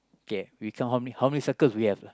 okay we count how many how many circles we have